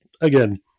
again